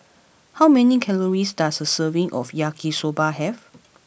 how many calories does a serving of Yaki Soba have